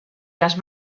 las